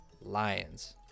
Lions